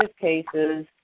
cases